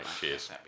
cheers